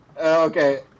okay